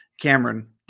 Cameron